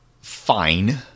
fine